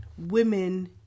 Women